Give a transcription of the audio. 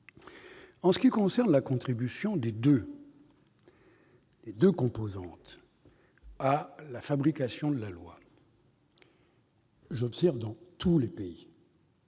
? Concernant la contribution des deux composantes à la fabrication de la loi, j'observe dans tous les pays-